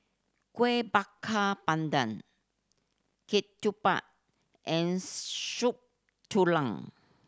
Kueh Bakar Pandan ketupat and Soup Tulang